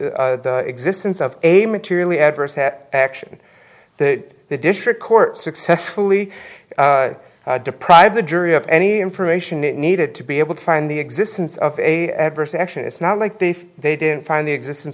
m existence of a materially adverse hat action that the district court successfully deprive the jury of any information it needed to be able to find the existence of a adverse action it's not like they think they didn't find the existence